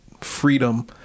freedom